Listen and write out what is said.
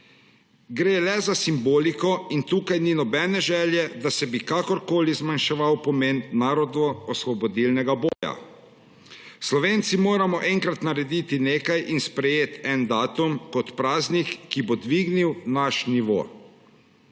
Gre le za simboliko in tukaj ni nobene želje, da se bi kakorkoli zmanjševal pomen narodnoosvobodilnega boja. Slovenci moramo enkrat narediti nekaj in sprejeti nek datum kot praznik, ki bo dvignil naš nivo.